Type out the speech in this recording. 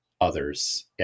others